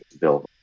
Bill